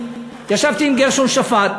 ישבתי עם גרשון שפט,